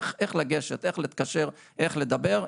איך לגשת, איך להתקשר, איך לדבר.